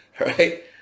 right